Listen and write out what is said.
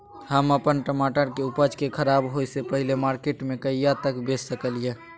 हम अपन टमाटर के उपज के खराब होय से पहिले मार्केट में कहिया तक भेज सकलिए?